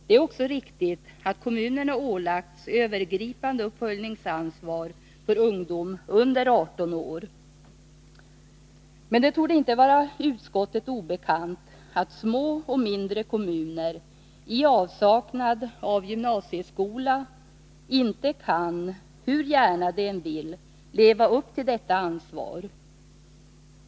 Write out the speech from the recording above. Det är också riktigt att kommunerna har ålagts ett övergripande uppföljningsansvar för ungdom under 18 år. Men det torde inte vara utskottet obekant att små och mindre kommuner i avsaknad av gymnasieskola inte kan, hur gärna de än vill, leva upp till detta ansvar.